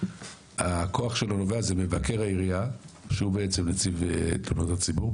הכוח שלו נובע זה מבקר העירייה שהוא בעצם נציב תלונות הציבור.